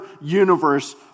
universe